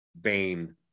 Bane